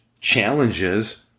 challenges